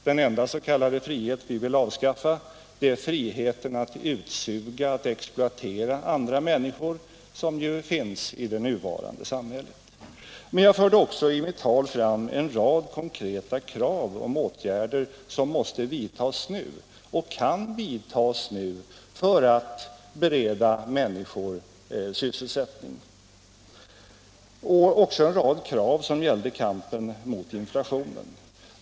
Den enda s.k. frihet vi vill avskaffa är friheten att utsuga och exploatera andra människor, en frihet som finns i det nuvarande samhället. Men jag förde också i mitt tal fram en rad konkreta krav på åtgärder som måste och kan vidtas nu för att bereda människor sysselsättning. Det var dessutom en rad krav som gällde kampen mot inflationen.